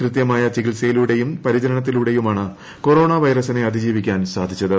കൃത്യമായ ചികിത്സയിലൂടെയും പരിചരണത്തിലൂടെയുമാണ് കൊറോണ വൈറസിനെ അതിജീവിക്കാൻ സാധിച്ചത്